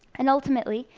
and ultimately,